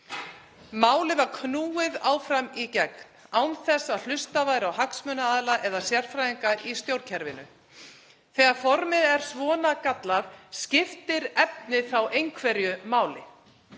Málið var knúið áfram í gegn án þess að hlustað væri á hagsmunaaðila eða sérfræðinga í stjórnkerfinu. Þegar formið er svona gallað skiptir efnið þá einhverju máli?